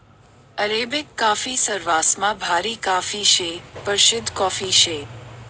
Arabic coffee सरवासमा भारी coffee शे, परशिद्ध कॉफी शे